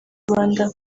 rwanda